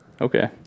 Okay